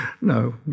No